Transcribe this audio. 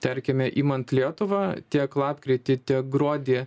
tarkime imant lietuvą tiek lapkritį tiek gruodį